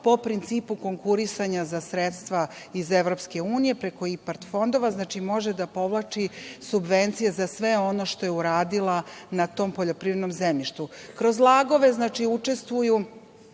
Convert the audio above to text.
po principu konkurisanja za sredstva iz EU preko IPARD fondova, znači, može da povlači subvencije za sve ono što je uradila na tom poljoprivrednom zemljištu. Kroz lagove, znači, učestvuju